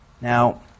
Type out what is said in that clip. Now